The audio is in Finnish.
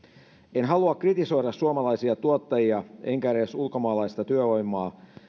en halua kritisoida suomalaisia tuottajia enkä edes ulkomaalaista työvoimaa